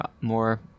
more